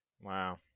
Wow